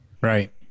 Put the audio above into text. Right